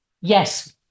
Yes